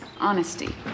honesty